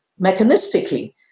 mechanistically